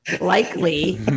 likely